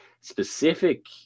specific